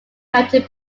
county